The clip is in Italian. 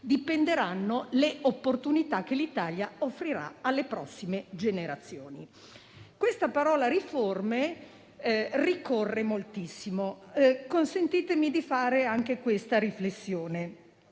dipenderanno le opportunità che l'Italia offrirà alle prossime generazioni. La parola riforme ricorre moltissimo; consentitemi allora una riflessione